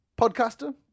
Podcaster